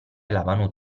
lavano